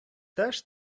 теж